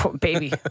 Baby